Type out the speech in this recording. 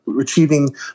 achieving